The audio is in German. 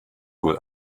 wohl